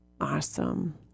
Awesome